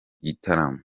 gitaramo